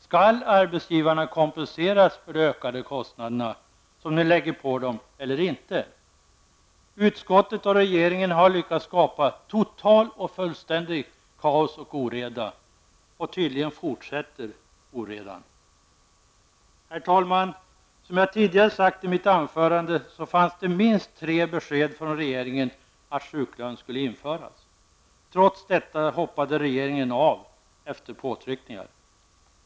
Skall arbetsgivarna kompenseras för de ökade kostnader som ni lägger på dem, eller inte? Utskottet och regeringen har lyckats skapa totalt och fullständigt kaos och oreda. Tydligen fortsätter oredan. Herr talman! Som jag tidigare sagt i mitt anförande fanns det minst tre besked från regeringen att sjuklön skulle införas. Trots detta hoppade regeringen av efter påtryckningar.